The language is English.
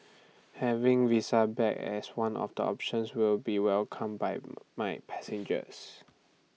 having visa back as one of the options will be welcomed by my passengers